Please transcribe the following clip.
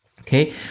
Okay